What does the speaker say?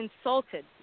insulted